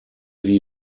wie